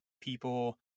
people